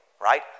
Right